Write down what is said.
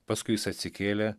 paskui jis atsikėlė